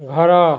ଘର